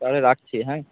তাহলে রাখছি হ্যাঁ